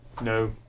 No